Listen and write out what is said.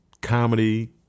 comedy